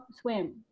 swim